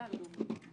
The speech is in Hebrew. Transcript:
--- זה כמו מפקד,